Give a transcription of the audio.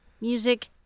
music